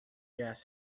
gas